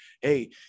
hey